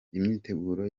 imyiteguro